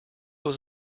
was